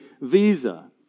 visa